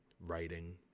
writing